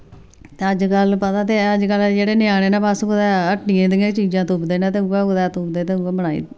ते अज्जकल पता ते ऐ अज्जकल जेह्ड़े न्याने न बस कुतै हट्टियें दि'यां चीजां तुपदे न ते उऐ कुतै तुपदे तै उऐ बनाई